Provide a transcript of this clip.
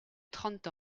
trente